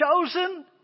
chosen